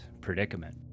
predicament